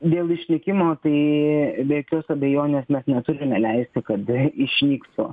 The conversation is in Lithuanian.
dėl išnykimo tai be jokios abejonės mes neturime leisti kada išnyktu